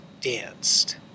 danced